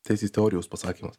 teisės teorijos pasakymas